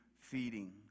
feeding